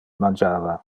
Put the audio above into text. mangiava